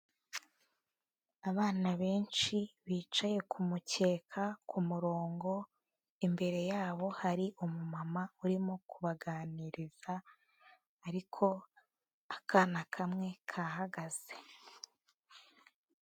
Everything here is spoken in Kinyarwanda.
Abana benshi bicaye ku mukeka ku murongo, imbere yabo hari umumama urimo kubaganiriza ariko akana kamwe kahagaze.